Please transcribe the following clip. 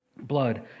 blood